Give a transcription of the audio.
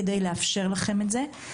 כדי לאפשר לכם את זה.